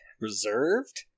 reserved